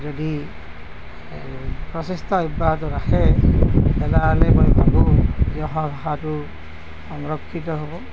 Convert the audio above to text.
যদি এই প্ৰচেষ্টা অব্য়াহত ৰাখে তেনেহ'লে মই ভাবোঁ যে অসমীয়া ভাষাটো সংৰক্ষিত হ'ব